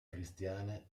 cristiane